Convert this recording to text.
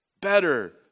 Better